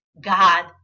God